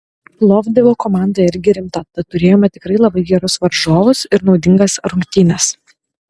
plovdivo komanda irgi rimta tad turėjome tikrai labai gerus varžovus ir naudingas rungtynes